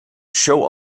show